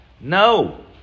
No